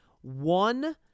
One